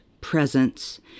presence